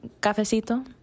cafecito